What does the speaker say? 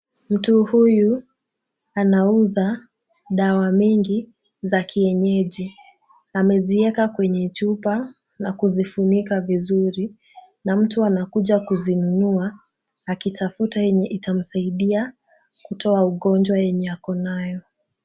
Mtu huyu anauza dawa mingi za kienyeji, amezieka kwenye chupa na kuzifunika vizuri na mtu anakuja kuzinunua akitafuta yenye itamsaidia kutoa ugonjwa yenye akonayo.